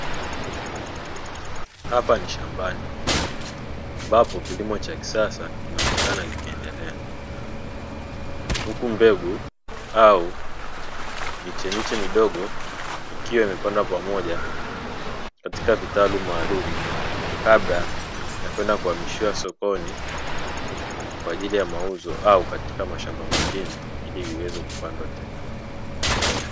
Hapa ni shambani ambapo kilimo cha kisasa kinaonekana kikiendelea au miche miche midogo, ikiwa imepandwa pamoja katika vitalu maalumu kabla ya kwenda kuhamishiwa sokoni kwa ajili ya mauzo au katika mashamba mengine ili liweze kupandwa tena.